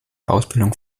ausbildung